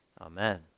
Amen